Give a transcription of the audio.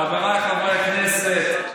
חבריי חברי הכנסת,